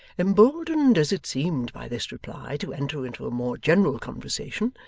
emboldened as it seemed by this reply to enter into a more general conversation,